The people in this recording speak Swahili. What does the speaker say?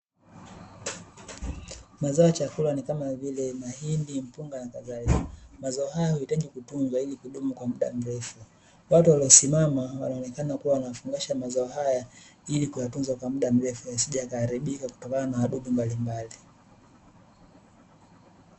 Mazao ya chakula ni kama vile mahindi, mpunga na kadharika, mazao haya huhitaji kutunzwa ili kudumu kwa muda mrefu. Watu waliosimama wanaonekana kuwa wanafungasha mazao haya, ili kuyatunza kwa muda mrefu yasije yakaharibika kutokana na wadudu mbalimbali.